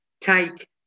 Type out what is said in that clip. Take